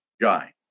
guy